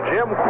Jim